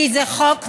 כי זה חוק נחוץ,